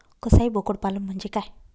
कसाई बोकड पालन म्हणजे काय?